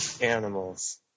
animals